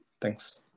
thanks